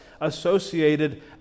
associated